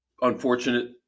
unfortunate